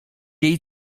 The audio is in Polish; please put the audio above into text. jej